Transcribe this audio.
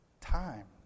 time